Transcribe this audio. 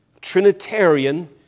Trinitarian